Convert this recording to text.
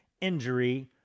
injury